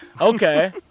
Okay